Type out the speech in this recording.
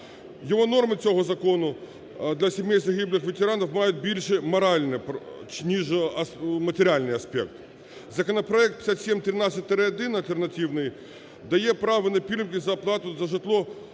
Його норми цього закону для сімей загиблих ветеранів мають більше моральний, ніж матеріальний аспект. Законопроект 5713-1 – альтернативний дає право на пільги за оплату за житло